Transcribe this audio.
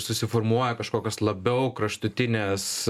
susiformuoja kažkokios labiau kraštutinės